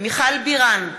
מיכל בירן,